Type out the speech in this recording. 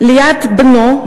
ליד בנו,